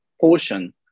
portion